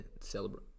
celebrate